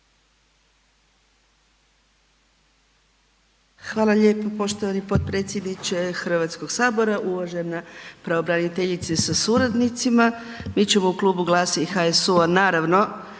Hvala lijepo. Poštovani gospodine potpredsjedniče Hrvatskoga sabora, uvažena pravobraniteljice sa suradnicima. Mi ćemo u Klubu Glasa i HSU-a naravno